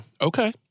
Okay